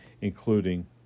including